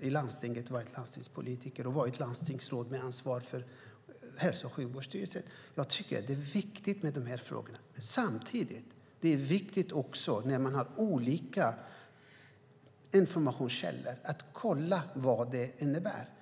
i landstinget som landstingspolitiker och landstingsråd med ansvar för hälso och sjukvård. Jag tycker att de här frågorna är viktiga. Men när man har olika informationskällor är det också viktigt att kolla vad det innebär.